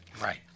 right